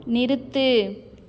நிறுத்து